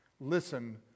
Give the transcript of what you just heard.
Listen